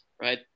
Right